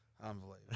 Unbelievable